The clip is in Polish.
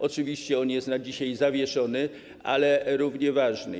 Oczywiście on jest na dzisiaj zawieszony, ale równie ważny.